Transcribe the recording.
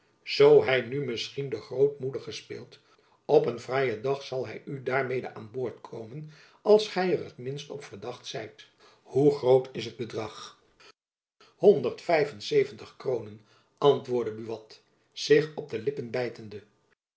zoo hy nu misschien den grootmoedige speelt op een fraaien dag zal hy u daarmede aan boord komen als gy er het minst op verdacht zijt hoe groot is het bedrag honderd vijf en zeventig kroonen antwoordde buat zich op de lippen bijtende